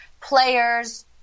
players